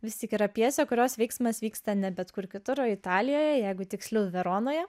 vis tik yra pjesė kurios veiksmas vyksta ne bet kur kitur o italijoje jeigu tiksliau veronoje